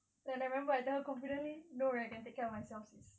and I remember I tell her confidently don't worry I can take care of myself sis